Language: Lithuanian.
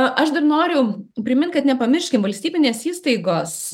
aš dar noriu primint kad nepamirškim valstybinės įstaigos